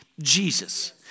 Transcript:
Jesus